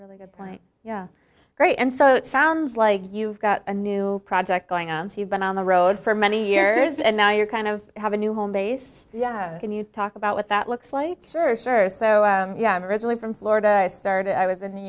really good point yeah great and so it sounds like you've got a new project going on to you but on the road for many years and now you're kind of have a new home base yeah can you talk about what that looks like sure sure so yeah i'm originally from florida i started i was in new